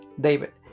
David